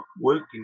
working